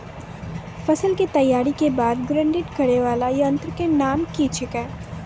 फसल के तैयारी के बाद ग्रेडिंग करै वाला यंत्र के नाम की छेकै?